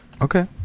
Okay